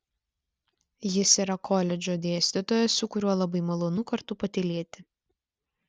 jis yra koledžo dėstytojas su kuriuo labai malonu kartu patylėti